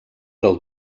del